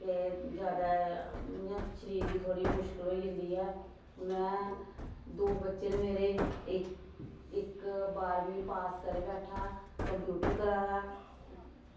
ते जादै इ'यां शरीर गी थोह्ड़ी मुशकल होई जंदी ऐ में दो बच्चे न मेरे इक इक बाह्रमीं पास करी बैठा कम्पयूटर करा दा